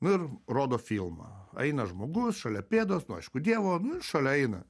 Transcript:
nu ir rodo filmą eina žmogus šalia pėdos nu aišku dievo šalia eina